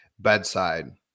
bedside